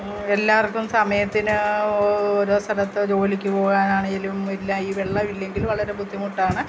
എല്ലാവർക്കും സമയത്തിന് ഓ ഓരോ സ്ഥലത്തു ജോലിക്കു പോകാനാണെങ്കിലും എല്ലാം ഈ വെള്ളമില്ലെങ്കിൽ വളരെ ബുദ്ധിമുട്ടാണ്